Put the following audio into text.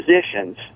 positions